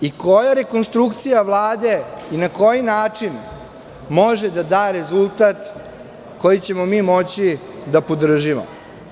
I koja rekonstrukcija Vlade i na koji način može da da rezultat koji ćemo mi moći da podržimo?